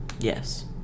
Yes